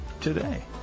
today